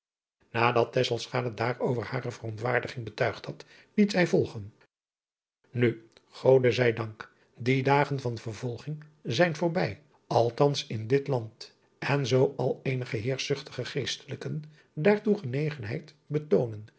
adat daarover hare verontwaardiging betuigd had liet zij volgen u ode zij dank die dagen van vervolging zijn voorbij althans in dit land en zoo al eenige heerschzuchtige geestelijken daartoe genegenheid betoonen